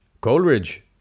Coleridge